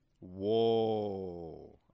Whoa